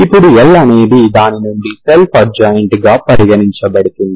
ఇప్పుడు L అనేది దాని నుండి సెల్ఫ్ అడ్జాయింట్ గా పరిగణించబడుతుంది